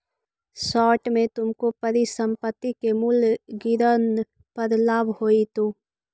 short में तुमको परिसंपत्ति के मूल्य गिरन पर लाभ होईतो